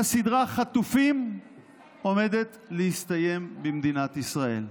הסדרה חטופים עומדת להסתיים במדינת ישראל.